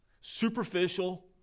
superficial